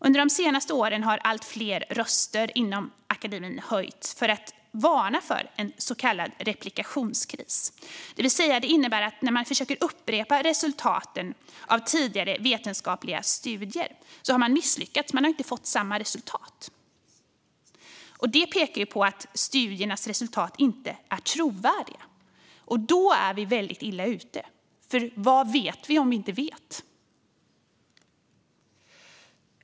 Under de senaste åren har allt fler röster inom akademin höjts för att varna för en så kallad replikationskris. Det innebär att när man försökt upprepa resultaten av tidigare vetenskapliga studier har man misslyckats och inte fått samma resultat. Det pekar på att studiernas resultat inte är trovärdiga, och då är vi väldigt illa ute, för vad vet vi om vi inte vet?